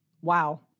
Wow